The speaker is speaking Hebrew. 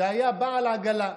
שהיה בעל עגלה.